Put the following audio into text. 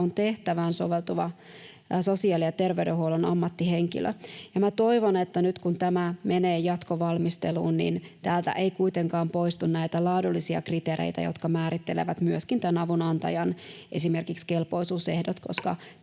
on tehtävään soveltuva sosiaali- ja terveydenhuollon ammattihenkilö. Minä toivon, että nyt kun tämä menee jatkovalmisteluun, niin täältä ei kuitenkaan poistu näitä laadullisia kriteereitä, jotka määrittelevät myöskin esimerkiksi tämän avunantajan kelpoisuusehdot,